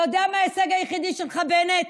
אתה יודע מה ההישג היחיד שלך, בנט?